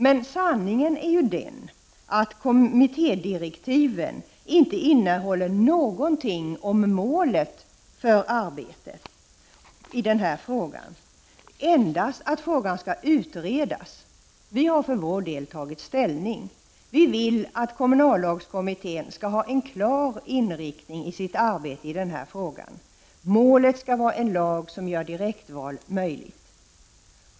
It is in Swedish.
Men sanningen är ju den att kommittédirektiven inte innehåller någonting om målet för arbetet — endast att frågan skall utredas. Vi har för vår del tagit ställning. Vi vill att kommunallagskommittén skall ha en klar inriktning för sitt arbete i denna sak — målet skall vara en lag som gör direktval möjliga.